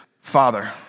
Father